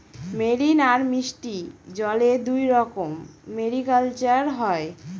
marine আর মিষ্টি জলে দুইরকম মেরিকালচার হয়